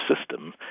system